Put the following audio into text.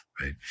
Right